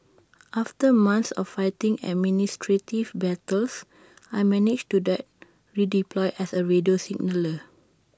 after months of fighting administrative battles I managed to get redeployed as A radio signaller